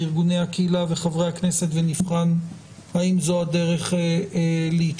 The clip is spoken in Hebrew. ארגוני הקהילה וחברי הכנסת ונבחן האם זו הדרך להתקדם.